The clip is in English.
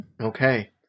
Okay